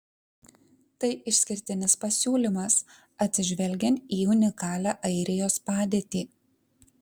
tai išskirtinis pasiūlymas atsižvelgiant į unikalią airijos padėtį